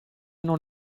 non